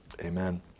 Amen